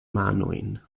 manojn